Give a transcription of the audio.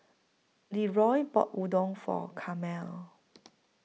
Leeroy bought Udon For Carmel